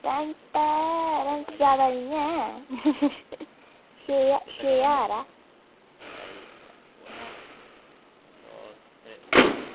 rent ऐ rent ज्यादा निं ऐ छे ज्हार छे ज्हार ऐ